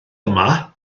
yma